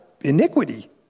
iniquity